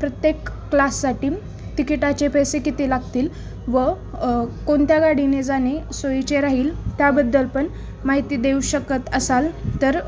प्रत्येक क्लाससाठी तिकिटाचे पैसे किती लागतील व कोणत्या गाडीने जाने सोयीचे राहील त्याबद्दल पण माहिती देऊ शकत असाल तर